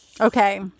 Okay